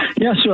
Yes